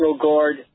Guard